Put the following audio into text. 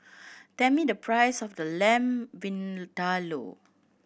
tell me the price of the Lamb Vindaloo